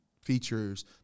features